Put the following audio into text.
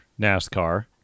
nascar